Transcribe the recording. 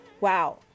wow